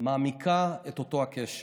מעמיק את אותו הקשר,